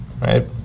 right